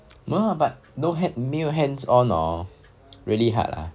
no ah but no hands 没有 hands on hor really hard lah